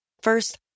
First